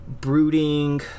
brooding